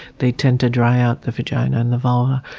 they tend to dry out the vagina and the vulva.